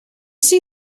see